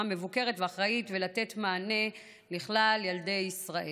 מבוקרת ואחראית ולתת מענה לכלל ילדי ישראל.